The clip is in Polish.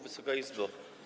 Wysoka Izbo!